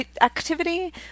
activity